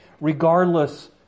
regardless